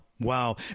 Wow